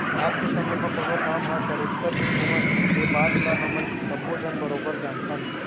आज के समे म कोनों काम ह सरोत्तर नइ होवय ए बात ल हमन सब्बो झन बरोबर जानथन